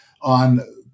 on